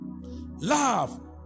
love